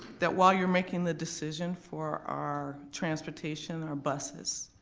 that while you're making the decision for our transportation, our buses,